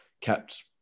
kept